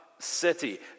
city